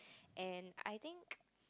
and I think